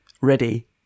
Ready